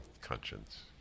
conscience